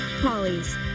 Polly's